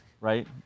right